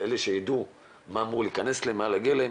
אלה שיידעו מה אמור להכנס ומה מגיע להם,